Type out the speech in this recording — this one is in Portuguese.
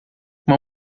uma